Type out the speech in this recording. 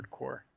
hardcore